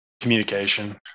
Communication